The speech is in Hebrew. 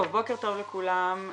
בוקר טוב לכולם,